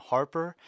Harper